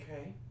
okay